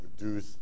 reduce